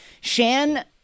Shan